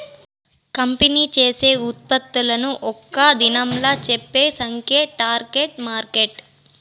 company చేసే ఉత్పత్తులను ఒక్క దినంలా చెప్పే సంఖ్యే టార్గెట్ మార్కెట్